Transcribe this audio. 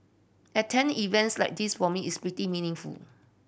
attend events like this for me is pretty meaningful